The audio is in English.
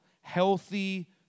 healthy